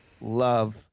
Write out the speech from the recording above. love